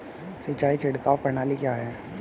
सिंचाई छिड़काव प्रणाली क्या है?